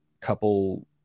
couple